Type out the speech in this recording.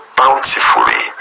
bountifully